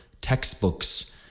textbooks